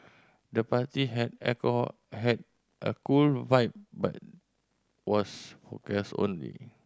the party had alcohol had a cool vibe but was for guest only